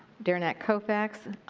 derenak kaufax,